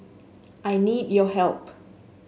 I need your help